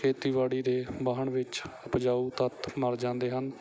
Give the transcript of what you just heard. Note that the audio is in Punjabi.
ਖੇਤੀਬਾੜੀ ਦੇ ਵਾਹਣ ਵਿੱਚ ਉਪਜਾਊ ਤੱਤ ਮਰ ਜਾਂਦੇ ਹਨ